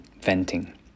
venting